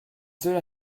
cela